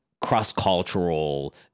cross-cultural